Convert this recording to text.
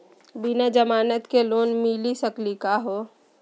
बिना जमानत के लोन मिली सकली का हो?